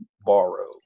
borrow